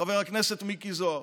חבר הכנסת מיקי זוהר.